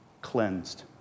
cleansed